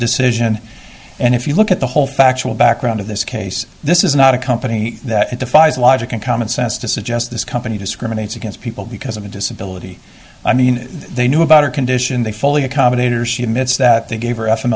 decision and if you look at the whole factual background of this case this is not a company that defies logic and common sense to suggest this company discriminates against people because of a disability i mean they knew about her condition they fully accommodated or she admits that they gave her